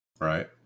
Right